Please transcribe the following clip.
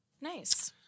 Nice